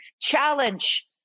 Challenge